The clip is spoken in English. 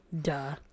duh